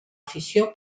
afició